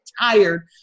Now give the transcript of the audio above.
tired